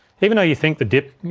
even though you think the dip,